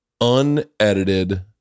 Unedited